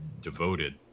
devoted